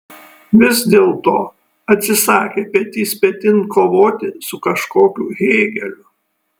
vis dėlto atsisakė petys petin kovoti su kažkokiu hėgeliu